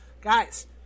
Guys